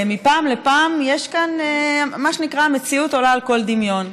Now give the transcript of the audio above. מפעם לפעם המציאות עולה על כל דמיון.